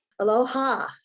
Aloha